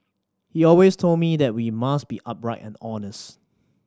he always told us that we must be upright and honest